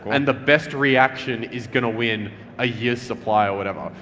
and the best reaction is gonna win a year's supply or whatever.